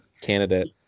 candidate